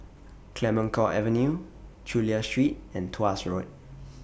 Clemenceau Avenue Chulia Street and Tuas Road